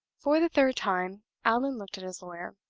for the third time allan looked at his lawyer.